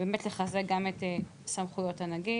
זה כדי לחזק את סמכויות הנגיד.